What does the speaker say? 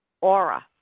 aura